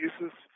uses